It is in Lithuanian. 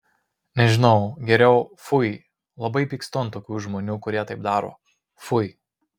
nežinau geriau fui labai pykstu ant tokių žmonių kurie taip daro fui